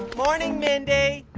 morning, mindy.